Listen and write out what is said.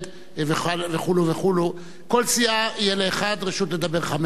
וכו' וכו' מכל סיעה יהיה לאחד רשות לדבר חמש דקות.